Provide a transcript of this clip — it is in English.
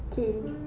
okay